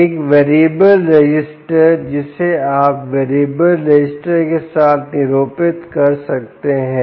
एक variable resistor जिसे आप वैरिएबल रेसिस्टर के साथ निरूपित कर सकते हैं